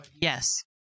Yes